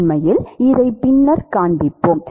உண்மையில் இதை பின்னர் காண்பிப்போம்